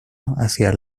hacia